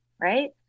right